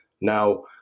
Now